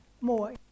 more